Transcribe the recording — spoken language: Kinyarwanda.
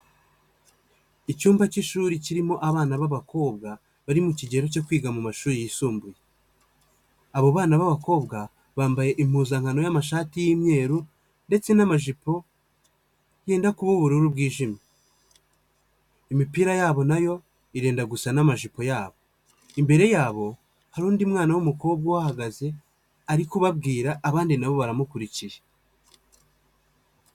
Icyumba cy'ishuri kirimo abana b'abakobwa bari mu kigero cyo kwiga mu mashuri yisumbuye, abo bana b'abakobwa bambaye impuzankano y'amashati y'imyeru ndetse n'amajipo yenda gusa ubururu bwijimye, imipira yabo nayo irinda gusa n'amajipo yabo, imbere yabo hari undi mwana w'umukobwa uhagaze ari kubabwira, abandi nabo baramukurikiye.